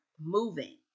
moving